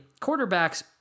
quarterbacks